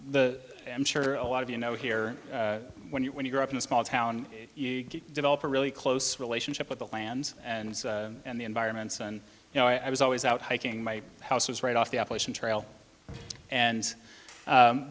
the i'm sure a lot of you know here when you when you grow up in a small town you develop a really close relationship with the land and and the environments and you know i was always out hiking my house was right off the appalachian trail and